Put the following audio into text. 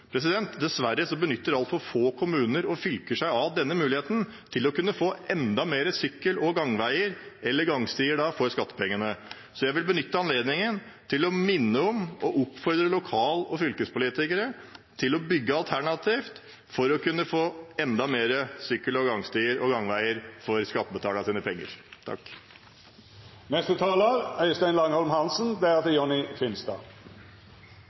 benytter altfor få kommuner og fylker seg av denne muligheten til å kunne få enda flere sykkel- og gangveier/gangstier for skattepengene. Jeg vil derfor benytte anledningen til å minne om og oppfordre lokal- og fylkespolitikere til å bygge alternativt for å kunne få enda flere sykkel- og gangveier, og gangstier, for skattebetalernes penger.